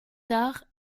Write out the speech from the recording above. tard